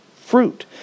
fruit